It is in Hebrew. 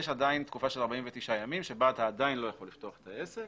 יש עדיין תקופה של 49 ימים בה אתה עדיין לא יכול לפתוח את העסק